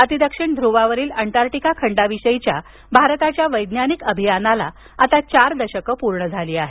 अतिदक्षिण ध्रुवावरील अंटार्क्टिका खंडाविषयीच्या भारताच्या वैज्ञानिक अभियानाला आता चार दशकं पूर्ण झाली आहेत